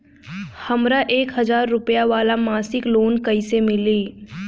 हमरा एक हज़ार रुपया वाला मासिक लोन कईसे मिली?